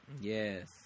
Yes